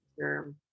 sure